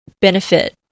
benefit